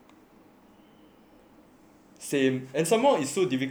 same and somewhat it's so diifcult to study at home also